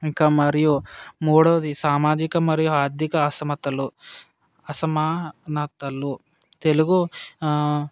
ఇంకా మరియు మూడోది సామాజిక మరియు ఆర్థిక అసమతలు అసమా నతలు తెలుగు